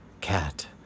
cat